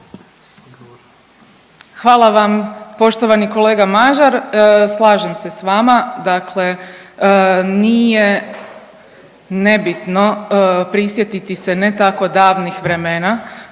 Hvala vam poštovani kolega Mažar, slažem se s vama, dakle nije nebitno prisjetiti se ne tako davnih vremena